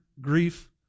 grief